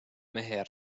mehe